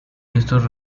estos